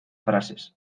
frases